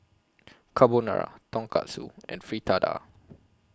Carbonara Tonkatsu and Fritada